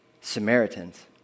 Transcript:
Samaritans